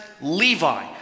Levi